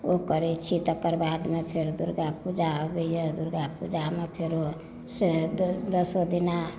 ओ करै छी तकर बादमे फेर दुर्गा पूजा अबैया दुर्गा पूजामे फेरोसे दसो दीना